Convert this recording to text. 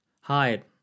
hide